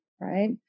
right